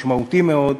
והוא משמעותי מאוד.